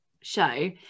show